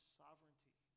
sovereignty